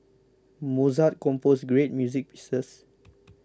Mozart composed great music pieces